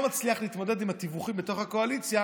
לא מצליח להתמודד עם התיווכים בתוך הקואליציה,